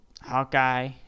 hawkeye